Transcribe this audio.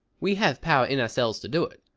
we have power in ourselves to do it,